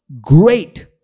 great